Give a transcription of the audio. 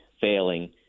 failing